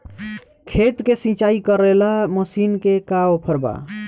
खेत के सिंचाई करेला मशीन के का ऑफर बा?